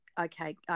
Okay